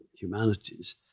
humanities